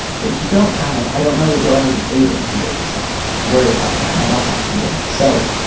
so if you don't tell him, i don't know that you'll ever be able to forgive yourself. i worry about that and i want that for you. so.